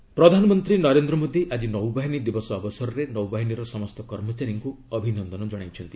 navy day ପ୍ରଧାନମନ୍ତ୍ରୀ ନରେନ୍ଦ୍ର ମୋଦି ଆଜି ନୌବାହିନୀ ଦିବସ ଅବସରରେ ନୌବାହିନୀର ସମସ୍ତ କର୍ମଚାରୀଙ୍କୁ ଅଭିନନ୍ଦନ ଜଣାଇଛନ୍ତି